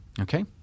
Okay